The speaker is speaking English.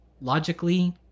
logically